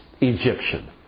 Egyptian